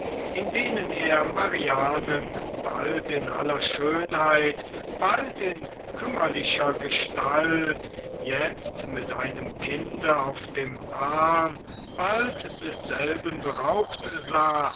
in denen er marianen bald in aller schönheit bald in kümmerlicher gestalt jetzt mit einem kinde auf dem arm bald desselben beraubt sah